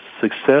success